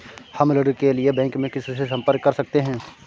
हम ऋण के लिए बैंक में किससे संपर्क कर सकते हैं?